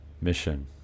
mission